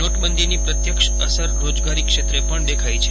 નોટબંધીની પ્રત્યક્ષ અસર રોજગારી ક્ષેત્રે પજ્ઞ દેખાઇ છે